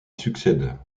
succède